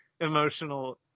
emotional